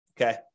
Okay